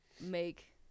make